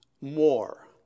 more